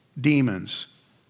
demons